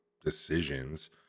decisions